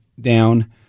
down